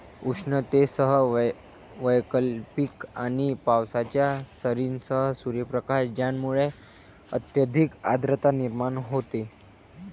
उष्णतेसह वैकल्पिक आणि पावसाच्या सरींसह सूर्यप्रकाश ज्यामुळे अत्यधिक आर्द्रता निर्माण होते